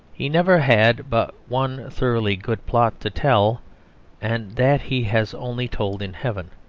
he never had but one thoroughly good plot to tell and that he has only told in heaven.